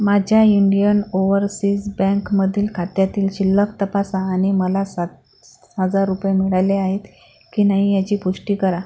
माझ्या Indian overseas बँकमधील खात्यातील शिल्लक तपासा आणि मला सात स हजार रुपये मिळाले आहेत की नाही याची पुष्टी करा